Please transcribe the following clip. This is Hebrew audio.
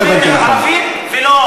לא מבין ערבית ולא,